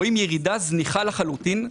רואים ירידה זניחה לחלוטין,